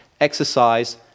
exercise